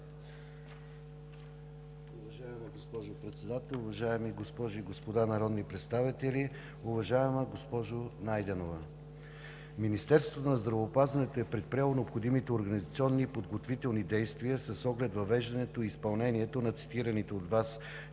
Уважаема госпожо Председател, уважаеми госпожи и господа народни представители, уважаема госпожо Найденова! Министерството на здравеопазването е предприело необходимите организационни и подготвителни действия с оглед въвеждането и изпълнението на цитираните от Вас